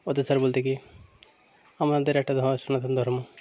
অত্যাচার বলতে কি আমাদের একটা ধ সনাতন ধর্ম